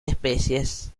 especies